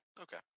Okay